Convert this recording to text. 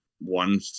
one